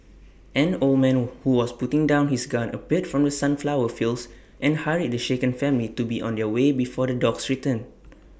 an old man who was putting down his gun appeared from the sunflower fields and hurried the shaken family to be on their way before the dogs return